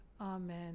Amen